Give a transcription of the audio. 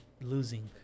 losing